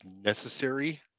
necessary